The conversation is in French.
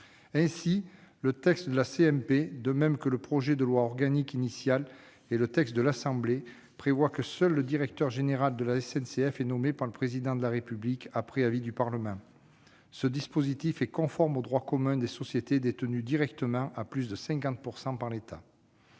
commission mixte paritaire de même que le projet de loi organique initial et le texte de l'Assemblée nationale prévoient que seul le directeur général de la SNCF est nommé par le Président de la République après avis du Parlement. Ce dispositif est conforme au droit commun des sociétés détenues directement à plus de 50 % par l'État.